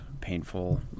painful